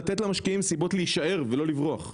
לתת למשקיעים סיבות להישאר ולא לברוח.